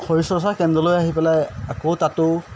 শৰীৰ চৰ্চা কেন্দ্ৰলৈ আহি পেলাই আকৌ তাতো